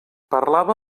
parlava